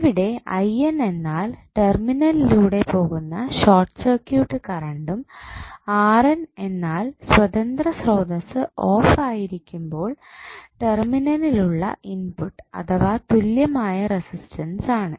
ഇവിടെ എന്നാൽ ടെർമിനലിലൂടെ പോകുന്ന ഷോർട്ട് സർക്യൂട്ട് കറണ്ടും എന്നാൽ സ്വതന്ത്ര സ്രോതസ്സ് ഓഫ് ആയിരിക്കുമ്പോൾ ടെർമിനലിൽ ഉള്ള ഇൻപുട്ട് അഥവാ തുല്യമായ റെസിസ്റ്റൻസ് ആണ്